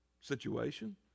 situation